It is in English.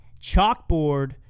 chalkboard